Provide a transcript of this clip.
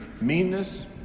meanness